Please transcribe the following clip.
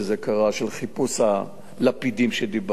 של חיפוש הלפידים שדיברנו עליו,